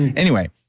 and anyway,